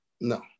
no